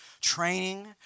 training